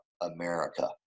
America